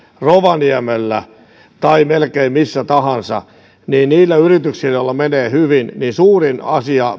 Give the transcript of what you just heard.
rovaniemellä tai melkein missä tahansa niin niillä yrityksillä joilla menee hyvin suurin asia